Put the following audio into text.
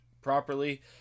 properly